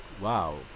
wow